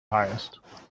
highest